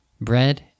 bread